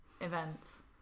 events